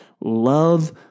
Love